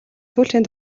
сүүлчийн